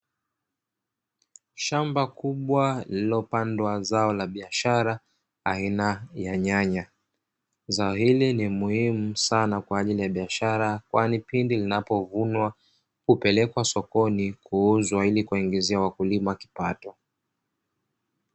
Shamba kubwa liliopandwa zao la biashara, aina ya nyanya, zao hili ni muhimu sana kwa ajili ya biashara kwani pindi linapovunwa hupelekwa sokoni kuuzwa ili kuwaingizia wakulima kipato.